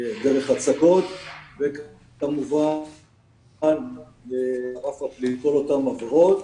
דרך הצקות וכמובן ברף הפלילי, כל אותן עבירות.